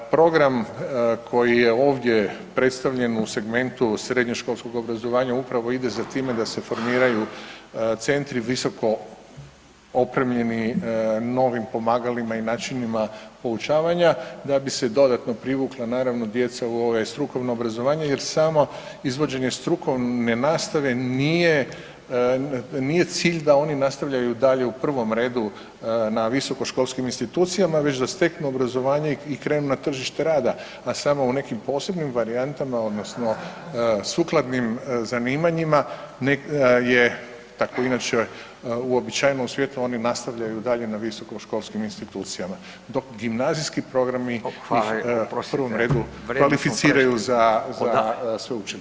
Program koji je ovdje predstavljen u segmentu srednjoškolskog obrazovanja upravo ide za time da se formiraju centri visoko opremljeni novim pomagalima i načinima poučavanja da bi se dodatno privukla naravno djeca u ovaj strukovno obrazovanje jer samo izvođenje strukovne nastave nije, nije cilj da oni nastavljaju dalje u prvom redu na visoko školskim institucijama već da steknu obrazovanje i krenu na tržište rada, a samo u nekim posebnim varijantama odnosno sukladnim zanimanjima je, tako je inače uobičajeno u svijetu, oni nastavljaju dalje na visoko školskim institucijama dok gimnazijski programi ih u prvom redu kvalificiraju za, za sveučilišta.